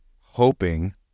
hoping